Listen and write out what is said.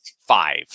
five